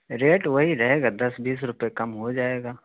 rate وہی رہے گا دس بیس روپے کم ہو جائے گا